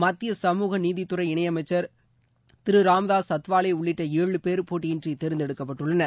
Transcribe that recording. மத்திய கமுகநீதித் துறை இணைஅமைச்சர் திருராம்தாஸ் அத்வாலேஉள்ளிட்ட பேர் போட்டியின்றிதேர்ந்தெடுக்கப்பட்டுள்ளனர்